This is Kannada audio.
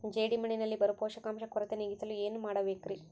ಜೇಡಿಮಣ್ಣಿನಲ್ಲಿ ಬರೋ ಪೋಷಕಾಂಶ ಕೊರತೆ ನೇಗಿಸಲು ಏನು ಮಾಡಬೇಕರಿ?